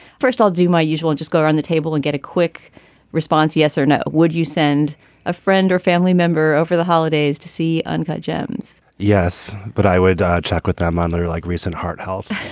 first, i'll do my usual. and just go around the table and get a quick response. yes or no? would you send a friend or family member over the holidays to see uncut gems yes, but i would ah check with them on like their like recent heart-healthy.